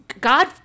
God